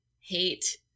hate